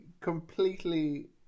completely